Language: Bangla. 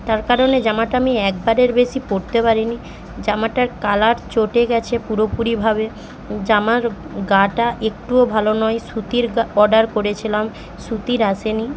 তার কারণে জামাটা আমি একবারের বেশি পরতে পারি নি জামাটার কালার চটে গেছে পুরোপুরিভাবে জামার গাটা একটুও ভালো নয় সুতির গা অর্ডার করেছিলাম সুতির আসে নি